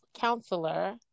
counselor